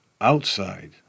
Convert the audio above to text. outside